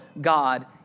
God